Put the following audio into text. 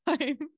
time